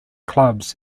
clubs